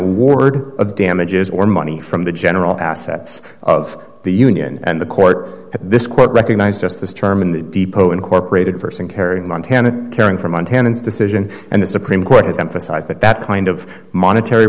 award of damages or money from the general assets of the union and the court at this quote recognize just this term in the depo incorporated person carrying montana caring for montanans decision and the supreme court has emphasized that that kind of monetary